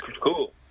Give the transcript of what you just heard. Cool